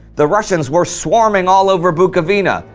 the russians were swarming all over bukovina,